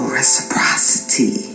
reciprocity